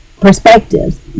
perspectives